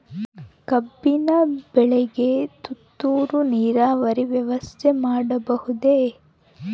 ಕಬ್ಬಿನ ಬೆಳೆಗೆ ತುಂತುರು ನೇರಾವರಿ ವ್ಯವಸ್ಥೆ ಮಾಡಬಹುದೇ?